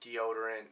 deodorant